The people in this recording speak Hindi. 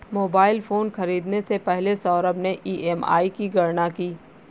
मोबाइल फोन खरीदने से पहले सौरभ ने ई.एम.आई की गणना की